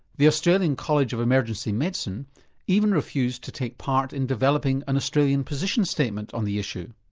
the australian college of emergency medicine even refused to take part in developing an australian position statement on the issue.